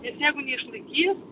nes jeigu neišlaikys